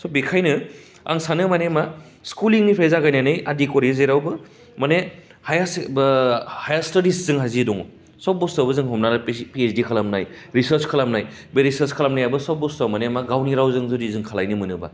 स' बेखायनो आं सानो मानि मा स्कुलनिफ्राय जागायनानै आदि खरि जेरावबो माने हायार से बा हाइस स्टादि जोंहा जि दङ सब बुस्टुयावबो जों हमना ला पिएसदि खालामनाय रिसार्च खालामनाय बे रिसार्च खालामनायोबो सब बस्टुया माने मा गावनि रावजों जुदि जों खालायनो मोनोबा